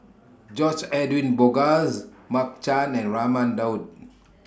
George Edwin Bogaars Mark Chan and Raman Daud